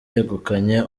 yegukanye